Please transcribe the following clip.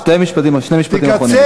שני משפטים אחרונים.